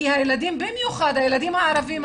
כי הילדים במיוחד הילדים הערבים,